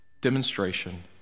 demonstration